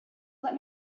let